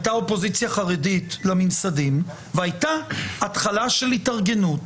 הייתה אופוזיציה חרדית לממסדים והייתה התחלה של התארגנות